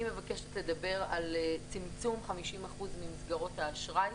אני מבקשת לדבר על צמצום 50% ממסגרות האשראי.